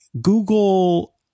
google